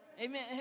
Amen